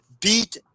beat